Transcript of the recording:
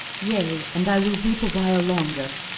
yea, and i will weep a while longer.